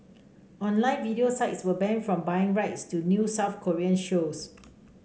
online video sites were banned from buying rights to new South Korean shows